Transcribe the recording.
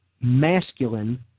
masculine